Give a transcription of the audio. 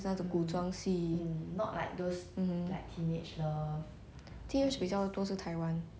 teenage 比较多是 taiwan think hong kong is those like action [one] like 警察故事 jacky chan 那种